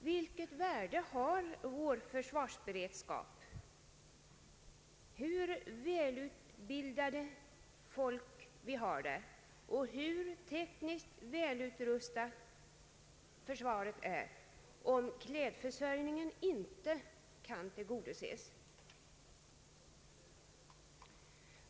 Vilket värde har vårt försvar — hur välutbildade och tekniskt välutrustade de värnpliktiga än är — om klädförsörjningen inte kan tillgodoses?